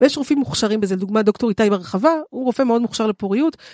ויש רופאים מוכשרים בזה, לדוגמה הדוקטור איתי ברחבה, הוא רופא מאוד מוכשר לפוריות.